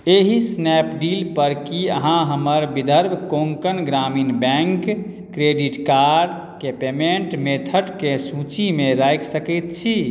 एहि स्नैपडील पर की अहाँ हमर Vidarbha Konkan Gramin bank credit card के पेमेंट मेथडके सूचीमे राखि सकैत छी